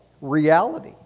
Reality